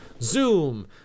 zoom